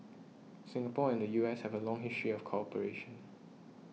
Singapore and the U S have a long history of cooperation